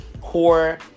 core